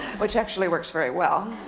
which actually works very well.